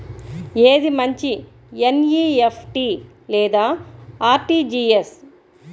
ఏది మంచి ఎన్.ఈ.ఎఫ్.టీ లేదా అర్.టీ.జీ.ఎస్?